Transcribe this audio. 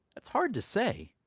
that's hard to say.